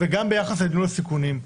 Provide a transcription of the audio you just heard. גם ביחס לניהול הסיכונים.